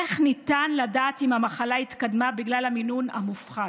איך ניתן לדעת אם המחלה התקדמה בגלל המינון המופחת?